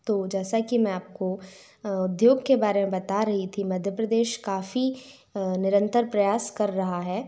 तो जैसा कि मैं आपको उद्योग के बारे में बता रही थी मध्य प्रदेश काफ़ी निरंतर प्रयास कर रहा है